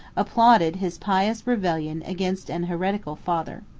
applauded his pious rebellion against an heretical father.